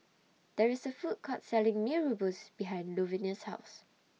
There IS A Food Court Selling Mee Rebus behind Luvenia's House